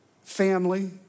family